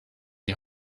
die